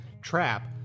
trap